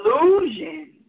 illusion